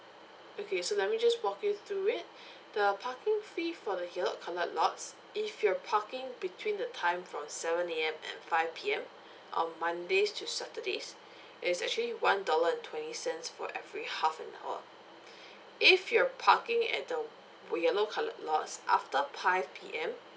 okay so let me just walk you through it the parking fee for the yellow coloured lots if you're parking between the time from seven A_M and five P_M um mondays to saturdays it's actually one dollar and twenty cents for every half an hour if you're parking at the yellow coloured lots after five P_M